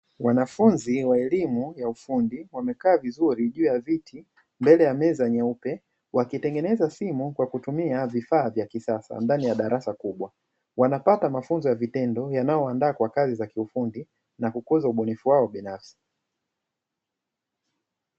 Wanafunzi wa elimu ya ufundi wamekaa vizuri juu ya viti mbele ya meza nyeupe wakitengeneza simu kwa kutumia vifaa vya kisasa ndani ya darasa kubwa, wanapata mafunzo ya vitendo yanayo waandaa kwa kazi za kiufundi na kukuza ubunifu wao binafsi.